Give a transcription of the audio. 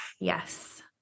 Yes